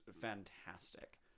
fantastic